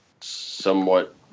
somewhat